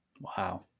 Wow